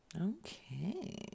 Okay